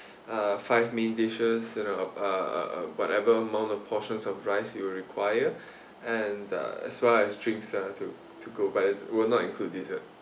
uh five main dishes you know uh uh whatever amount of portions of rice you will require and uh as well as drink ya to to go but will not include dessert